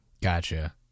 Gotcha